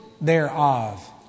thereof